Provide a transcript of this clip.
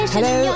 Hello